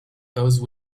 those